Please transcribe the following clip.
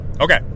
okay